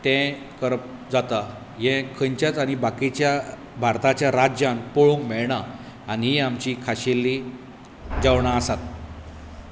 तें करप जाता हें खंयच्याच आनी बाकीच्या भारताच्या राज्यांक पळोवंक मेळना आनी हीं आमचीं खाशेलीं जेवणां आसात